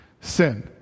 sin